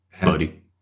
buddy